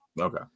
Okay